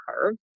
curve